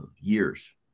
Years